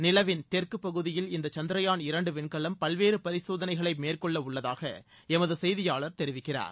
நிலவின் தெற்கு பகுதியில் இந்த சந்திரயான் இரண்டு விண்கலம் பல்வேறு பரிசோதனைகளை மேற்கொள்ள உள்ளதாக எமது செய்தியாளர் தெரிவிக்கிறார்